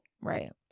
right